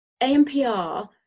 AMPR